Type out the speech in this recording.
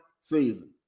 season